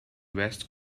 west